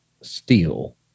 Steel